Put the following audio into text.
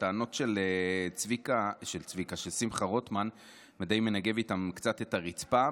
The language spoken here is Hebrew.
הטענות של שמחה רוטמן ודי מנגב איתן קצת את הרצפה,